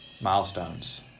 Milestones